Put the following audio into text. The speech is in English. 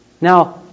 Now